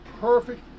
perfect